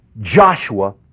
Joshua